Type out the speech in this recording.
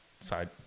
side